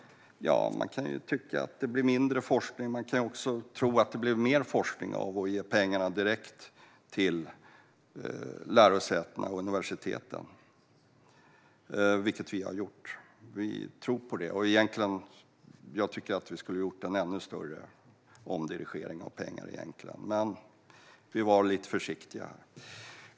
Man kan tycka att det blir mindre forskning av det. Man kan också tro att det blir mer forskning av att ge pengarna direkt till lärosätena och universiteten, vilket vi gör. Vi tror på det. Jag tycker att vi skulle ha gjort en ännu större omdirigering av pengar, men vi var lite försiktiga.